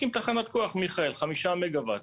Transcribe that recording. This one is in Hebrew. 5 מגה וואט.